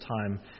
time